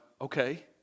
okay